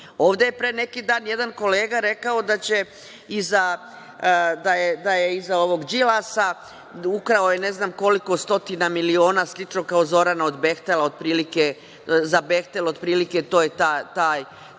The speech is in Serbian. je pre neki dan jedan kolega rekao da je iza Đilasa, ukrao je ne znam koliko stotina miliona, slično kao Zorana za „Behtel“, otprilike to je ta